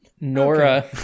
Nora